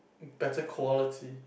better quality